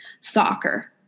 soccer